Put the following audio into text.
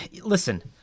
listen